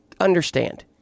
understand